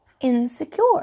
insecure